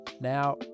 Now